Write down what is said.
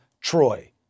Troy